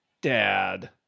Dad